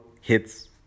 hits